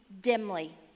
dimly